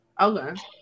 Okay